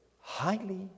highly